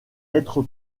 être